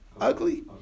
ugly